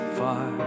far